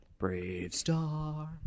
Bravestar